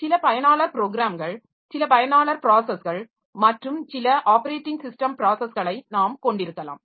சில பயனாளர் ப்ரோக்ராம்கள் சில பயனாளர் ப்ராஸஸ்கள் மற்றும் சில ஆப்பரேட்டிங் ஸிஸ்டம் ப்ராஸஸ்களை நாம் கொண்டிருக்கலாம்